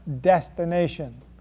destination